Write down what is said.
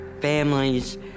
families